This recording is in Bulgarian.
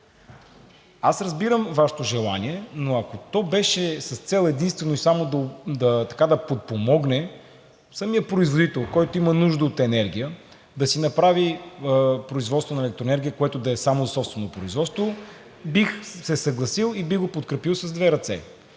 Аз разбирам Вашето желание, но ако то беше с цел единствено и само да подпомогне самия производител, който има нужда от енергия, да си направи производство на електроенергия, което да е само за собствено производство, бих се съгласил и бих го подкрепил с две ръце